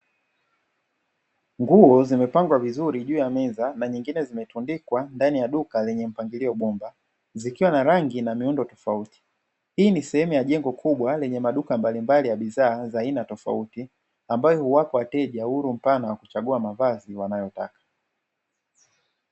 Nguo zimepangwa vizuri juu ya meza na nyingine zinaifunikwa ndani ya duka lenye mpangilio bomba, zikiwa na rangi na miundo tofauti hii ni sehemu ya jengo kubwa hali yenye maduka mbalimbali ya bidhaa za aina tofauti, ambayo huwapa wateja uhuru mpana wa kuchagua mavazi wanayotaka.